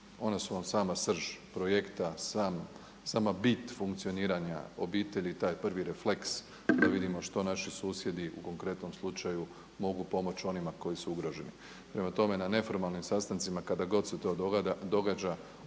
ona su vam sama srž projekta, sama bit funkcioniranja obitelj, taj prvi refleks da vidimo što naši susjedi u konkretnom slučaju mogu pomoći onima koji su ugroženi. Prema tome, na neformalnim sastancima kada god se to događa